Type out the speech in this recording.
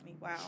Wow